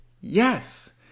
Yes